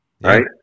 right